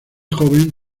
joven